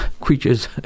creatures